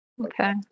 Okay